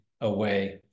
away